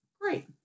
great